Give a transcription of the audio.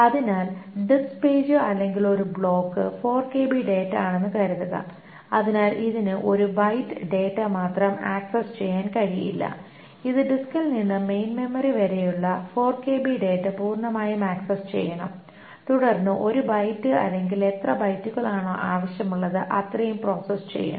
അതിനാൽ disk page Disk അല്ലെങ്കിൽ ഒരു ബ്ലോക്ക് 4KB ഡാറ്റ ആണെന്ന് കരുതുക അതിനാൽ ഇതിന് ഒരു ബൈറ്റ് ഡാറ്റ മാത്രം ആക്സസ് ചെയ്യാൻ കഴിയില്ല ഇത് ഡിസ്കിൽ നിന്ന് മെയിൻ മെമ്മറി വരെയുള്ള 4KB ഡാറ്റ പൂർണമായും ആക്സസ് ചെയ്യണം തുടർന്ന് 1 ബൈറ്റ് അല്ലെങ്കിൽ എത്ര ബൈറ്റുകൾ ആണോ ആവശ്യമുള്ളത് അത്രയും പ്രോസസ്സ് ചെയ്യണം